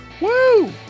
Woo